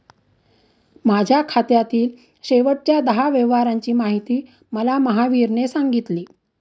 माझ्या खात्यातील शेवटच्या दहा व्यवहारांची माहिती मला महावीरने सांगितली